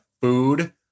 food